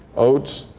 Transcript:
oats,